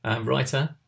writer